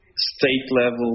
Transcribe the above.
state-level